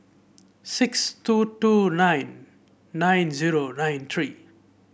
six two two nine nine zero nine three